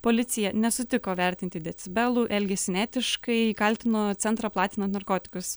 policija nesutiko vertinti decibelų elgėsi neetiškai kaltino centrą platinant narkotikus